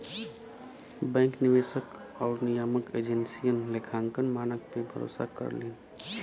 bank निवेशक आउर नियामक एजेंसियन लेखांकन मानक पे भरोसा करलीन